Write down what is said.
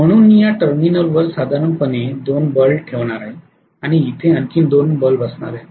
म्हणून मी या टर्मिनलवर साधारणपणे दोन बल्ब ठेवणार आहे आणि इथे आणखी दोन बल्ब असणार आहेत